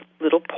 little